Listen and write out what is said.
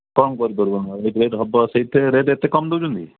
କ'ଣ କରି ପାରିବୁ ଏତେ ରେଟ୍ ହେବ ସେଇଥିରେ ରେଟ୍ ଏତେ କମ୍ ଦେଉଛନ୍ତି